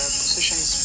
positions